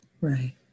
Right